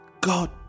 God